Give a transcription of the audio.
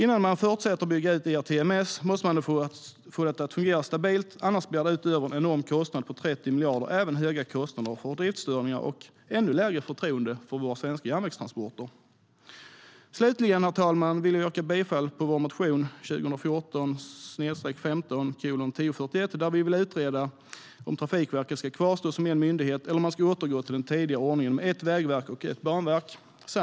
Innan man fortsätter att bygga ut ERTMS måste man få detta att fungera stabilt, annars blir det utöver en enorm kostnad på 30 miljarder höga kostnader för driftsstörningar och ännu lägre förtroende för våra svenska järnvägstransporter.< 15:1041, där vi skriver att vi vill utreda om Trafikverket ska kvarstå som en myndighet eller om man ska återgå till den tidigare ordningen med ett vägverk och ett banverk.